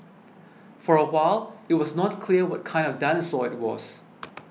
for a while it was not clear what kind of dinosaur it was